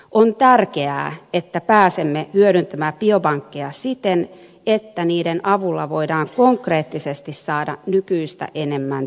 on tärkeää että pääsemme hyödyntämään biopankkeja siten että niiden avulla voidaan konkreettisesti saada nykyistä enemmän terveyttä